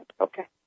Okay